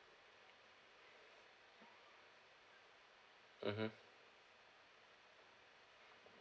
mmhmm